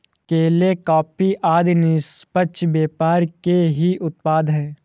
केले, कॉफी आदि निष्पक्ष व्यापार के ही उत्पाद हैं